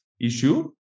issue